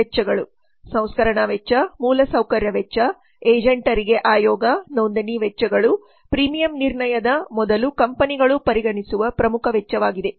ವೆಚ್ಚಗಳು ಸಂಸ್ಕರಣಾ ವೆಚ್ಚ ಮೂಲಸೌಕರ್ಯ ವೆಚ್ಚ ಏಜೆಂಟರಿಗೆ ಆಯೋಗ ನೋಂದಣಿ ವೆಚ್ಚಗಳು ಪ್ರೀಮಿಯಂpremium ನಿರ್ಣಯದ ಮೊದಲು ಕಂಪನಿಗಳು ಪರಿಗಣಿಸುವ ಪ್ರಮುಖ ವೆಚ್ಚವಾಗಿದೆ